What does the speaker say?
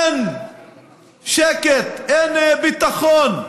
אין שקט, אין ביטחון,